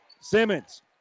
Simmons